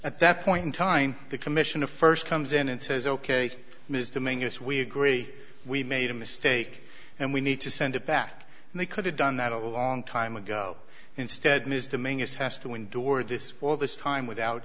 at that point in time the commission of first comes in and says ok ms dominguez we agree we made a mistake and we need to send it back and they could have done that a long time ago instead misdemeanors has to endure this all this time without